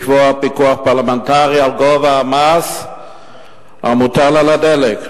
לקבוע פיקוח פרלמנטרי על גובה המס המוטל על הדלק.